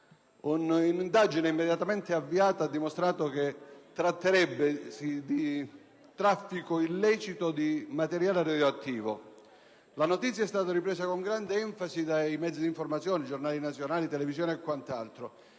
Un'indagine immediatamente avviata ha dimostrato che si tratterebbe di traffico illecito di materiale radioattivo. La notizia è stata ripresa con grande enfasi dai mezzi di informazione (giornali nazionali, televisioni e quant'altro),